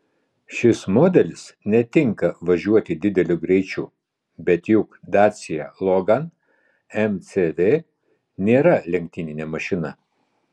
šis modelis ne itin tinka važiuoti dideliu greičiu bet juk dacia logan mcv nėra lenktyninė mašina